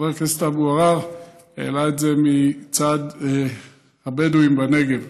חבר הכנסת אבו עראר העלה את זה מצד הבדואים בנגב.